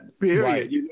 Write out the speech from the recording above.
period